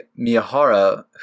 Miyahara